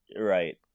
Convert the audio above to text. Right